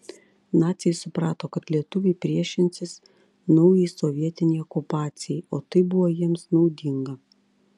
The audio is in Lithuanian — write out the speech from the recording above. naciai suprato kad lietuviai priešinsis naujai sovietinei okupacijai o tai buvo jiems naudinga